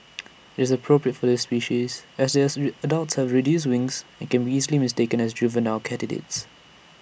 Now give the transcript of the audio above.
IT is appropriate for this species as this ray adults have reduced wings and can be easily mistaken as juvenile katydids